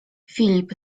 filip